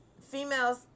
females